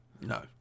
No